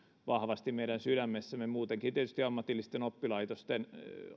vahvasti meidän sydämissämme muutenkin tietysti ammatillisten oppilaitosten